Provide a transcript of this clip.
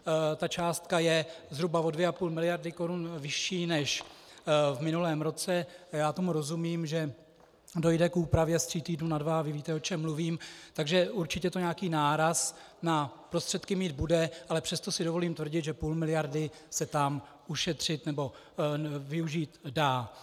ta částka je zhruba o 2,5 mld. vyšší než v minulém roce a já tomu rozumím, že dojde k úpravě z tří týdnů na dva vy víte, o čem mluvím , takže určitě to nějaký náraz na prostředky mít bude, ale přesto si dovolím tvrdit, že půl miliardy se tam ušetřit nebo využít dá.